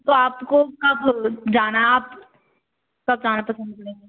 तो आपको कब जाना आप कहाँ तक